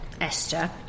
Esther